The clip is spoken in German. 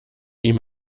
ihm